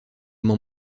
m’en